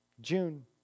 June